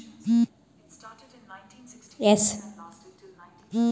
ಸಾವಿರದ ಒಂಬೈನೂರ ಐವತ್ತರರಲ್ಲಿ ಭಾರತದಲ್ಲಿ ಹಸಿರು ಕ್ರಾಂತಿ ಶುರುವಾಯಿತು ಎಂ.ಎಸ್ ಸ್ವಾಮಿನಾಥನ್ ಇದರ ಪಿತಾಮಹ